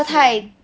same